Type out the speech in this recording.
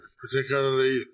particularly